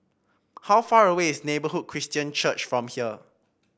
how far away is Neighbourhood Christian Church from here